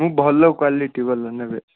ମୁଁ ଭଲ କ୍ଵାଲିଟି ବାଲା ନେବି